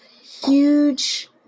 huge